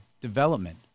development